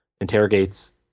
interrogates